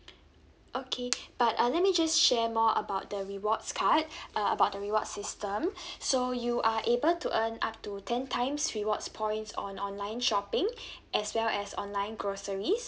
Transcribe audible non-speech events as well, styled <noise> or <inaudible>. okay but uh let me just share more about the rewards card uh about the reward system <breath> so you are able to earn up to ten times rewards points on online shopping <breath> as well as online groceries